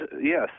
yes